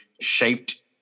shaped